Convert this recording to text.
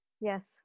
yes